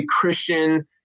Christian